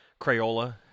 Crayola